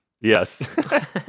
Yes